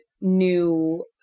new